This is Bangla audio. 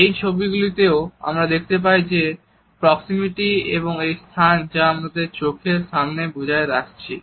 এই ছবিগুলি তেও আমরা দেখতে পাই যে এই প্রক্সিমিটি এবং এই স্থান যা আমরা চোখের সামনে বজায় রাখছি